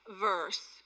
verse